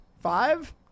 Five